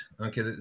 okay